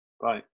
bye